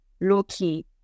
low-key